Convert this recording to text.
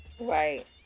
right